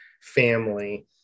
family